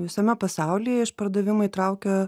visame pasaulyje išpardavimai traukia